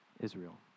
Israel